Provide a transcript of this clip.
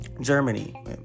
Germany